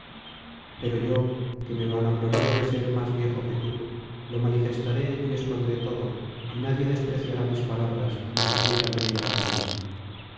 pero yo que me vanaglorio de ser más viejo que tú lo manifestaré y expondré todo y nadie despreciará mis palabras ni siquiera el rey agamenón